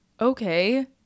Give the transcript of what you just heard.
okay